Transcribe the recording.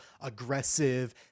aggressive